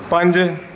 ਪੰਜ